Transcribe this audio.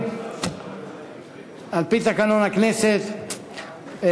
על-פי תקנון הכנסת,